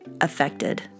affected